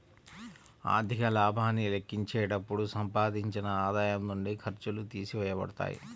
ఆర్థిక లాభాన్ని లెక్కించేటప్పుడు సంపాదించిన ఆదాయం నుండి ఖర్చులు తీసివేయబడతాయి